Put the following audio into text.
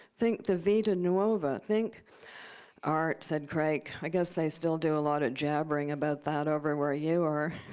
think the vita nuova. think art, said crake, i guess they still do a lot of jabbering about that over where you are.